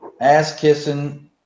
ass-kissing